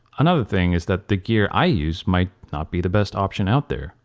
another thing is that the gear i use might not be the best option out there.